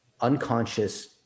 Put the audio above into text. unconscious